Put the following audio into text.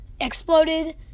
exploded